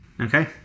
Okay